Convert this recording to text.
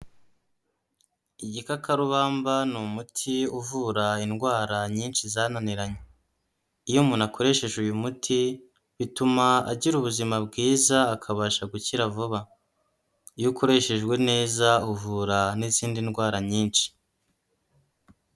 Igikakarubamba ni umuti uvura indwara nyinshi zananiranye, iyo umuntu akoresheje uyu muti bituma agira ubuzima bwiza akabasha gukira vuba, iyo ukoreshejwe neza uvura n'izindi ndwara nyinshi.